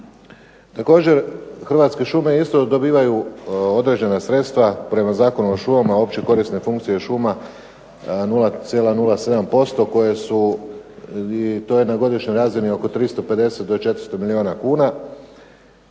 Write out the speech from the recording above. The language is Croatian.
Također, Hrvatske šume isto dobivaju određena sredstva prema Zakonu o šumama, opće korisne funkcije šuma 0,07% koje su i to je na godišnjoj razini oko 350 do 400 milijuna kuna.